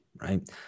right